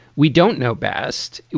we don't know best.